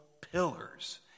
pillars